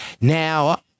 Now